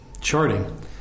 charting